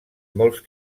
molts